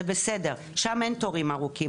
שם אין תורים ארוכים,